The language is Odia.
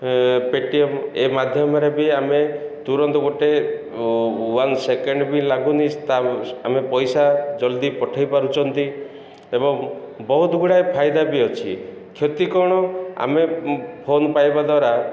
ପେଟିଏମ୍ ଏ ମାଧ୍ୟମରେ ବି ଆମେ ତୁରନ୍ତ ଗୋଟିଏ ୱାନ୍ ସେକେଣ୍ଡ ବି ଲାଗୁନି ତା' ଆମେ ପଇସା ଜଲ୍ଦି ପଠେଇ ପାରୁଛନ୍ତି ଏବଂ ବହୁତ ଗୁଡ଼ାଏ ଫାଇଦା ବି ଅଛି କ୍ଷତି କ'ଣ ଆମେ ଫୋନ୍ ପାଇବା ଦ୍ୱାରା